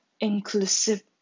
inclusive